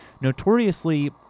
notoriously